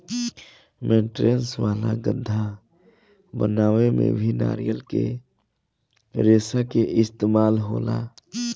mattress वाला गद्दा बनावे में भी नारियल के रेशा के इस्तेमाल होला